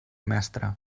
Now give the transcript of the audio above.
mestre